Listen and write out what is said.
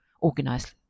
organized